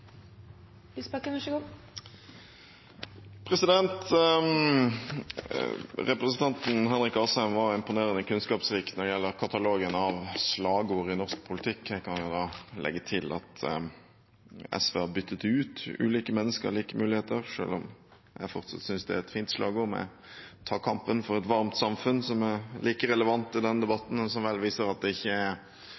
Representanten Henrik Asheim var imponerende kunnskapsrik når det gjelder katalogen av slagord i norsk politikk. Jeg kan da legge til at SV har byttet ut «Ulike mennesker, like muligheter», selv om jeg fortsatt synes det er et fint slagord om å ta kampen for et varmt samfunn, som er like relevant i